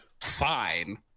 fine